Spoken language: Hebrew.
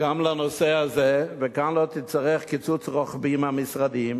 גם לנושא הזה, וגם לא תצטרך קיצוץ רוחבי במשרדים,